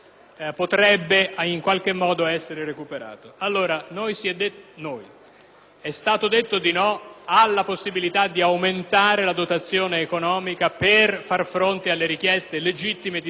È stato detto di no alla possibilità di aumentare la dotazione economica per fare fronte alle richieste legittime di decine di migliaia di italiani, sia che fossero esuli sia che fossero imprenditori,